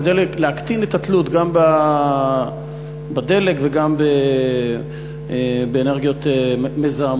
כדי להקטין את התלות גם בדלק וגם באנרגיות מזהמות?